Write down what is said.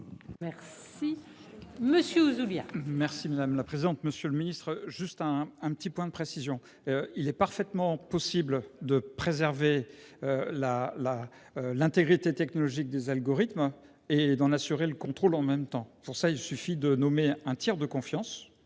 Merci monsieur Ouzoulias.